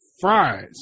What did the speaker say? fries